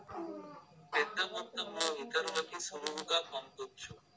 పెద్దమొత్తంలో ఇతరులకి సులువుగా పంపొచ్చు